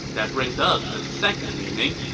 that brings us to the second meaning,